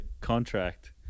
contract